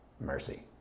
mercy